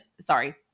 sorry